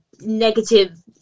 negative